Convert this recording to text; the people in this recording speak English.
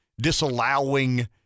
disallowing